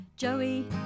Joey